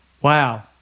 Wow